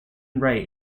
wright